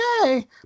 okay